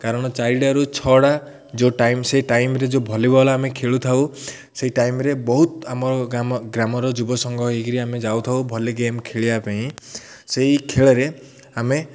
କାରଣ ଚାରିଟାରୁ ଛଅଟା ଯେଉଁ ଟାଇମ୍ ସେହି ଟାଇମ୍ରେ ଯେଉଁ ଭଲି ବଲ୍ ଆମେ ଖେଳୁ ଥାଉ ସେହି ଟାଇମ୍ରେ ବହୁତ ଆମ ଗାମ ଗ୍ରାମର ଯୁବସଙ୍ଗ ହେଇକିରି ଆମେ ଯାଉଥାଉ ଭଲି ଗେମ୍ ଖେଳିବା ପାଇଁ ସେହି ଖେଳରେ ଆମେ